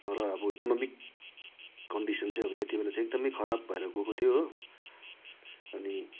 तर अब economic condition चाहिँ अब त्यति बेला एकदम खराब भएर गएको थियो अनि